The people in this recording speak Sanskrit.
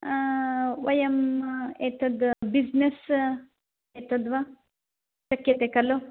वयम् एतत् बिस्नेस् एतद्वा शक्यते खलु